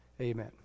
amen